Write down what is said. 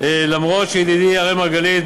אומנם ידידי אראל מרגלית,